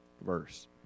verse